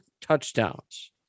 touchdowns